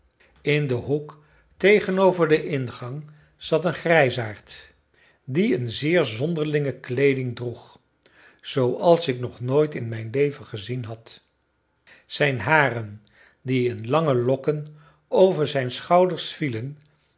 in den hoek tegenover den ingang zat een grijsaard die een zeer zonderlinge kleeding droeg zooals ik nog nooit in mijn leven gezien had zijn haren die in lange lokken over zijn schouders vielen